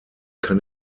kann